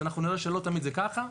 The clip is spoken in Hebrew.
אנחנו נראה שלא תמיד זה ככה.